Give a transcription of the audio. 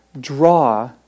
Draw